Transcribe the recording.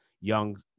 young